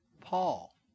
Paul